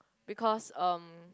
because um